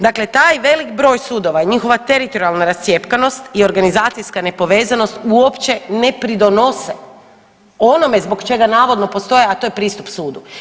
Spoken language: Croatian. Dakle, taj velik broj sudova i njihova teritorijalna rascjepkanost i organizacijska nepovezanost uopće ne pridoprinose onome zbog čega navodno postoje, a to je pristup sudu.